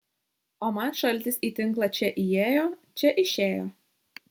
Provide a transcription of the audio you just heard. o man šaltis į tinklą čia įėjo čia išėjo